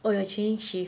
oh you're changing shift